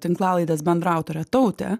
tinklalaidės bendraautorė tautė